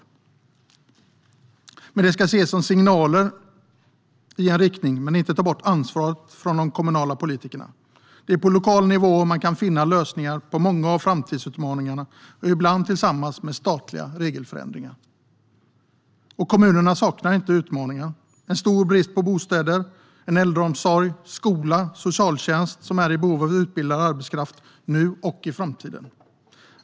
Men dessa bidrag ska ses som signaler i en riktning och inte ta bort ansvaret från de kommunala politikerna. Det är på lokal nivå man kan finna lösningar på många av framtidsutmaningarna, ibland tillsammans med statliga regelförändringar. Kommunerna saknar inte utmaningar. De har stor brist på bostäder och en äldreomsorg, skola och socialtjänst som är i behov av utbildad arbetskraft nu och i framtiden.